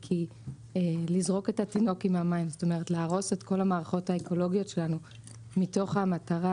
כי להרוס את כל המערכות האקולוגיות לנו מתוך המטרה